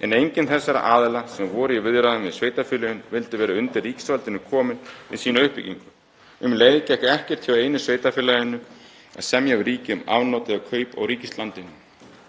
En enginn þessara aðila sem voru í viðræðum við sveitarfélögin vildi vera undir ríkisvaldinu kominn með sína uppbyggingu. Um leið gekk ekkert hjá einu sveitarfélaginu að semja við ríkið um afnot eða kaup á ríkislandinu.